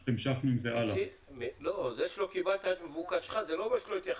זה שלא קיבלת את מבוקשך, זה לא אומר שלא התייחסנו.